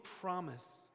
promise